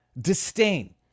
disdain